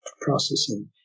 processing